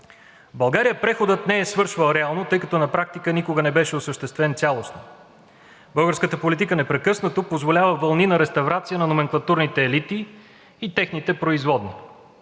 България преходът не е свършвал реално, тъй като на практика никога не беше осъществен цялостно. Българската политика непрекъснато позволява вълни на реставрация на номенклатурните елити и техните производни.